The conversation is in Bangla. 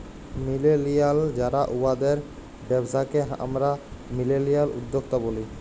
মিলেলিয়াল যারা উয়াদের ব্যবসাকে আমরা মিলেলিয়াল উদ্যক্তা ব্যলি